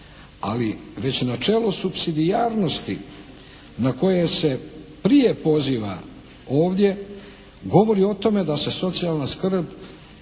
Ali po načelu supsidijarnosti na koje se prije poziva ovdje, govori o tome da se socijalna skrb